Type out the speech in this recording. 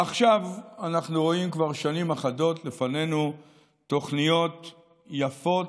עכשיו אנחנו רואים כבר שנים אחדות לפנינו תוכניות יפות,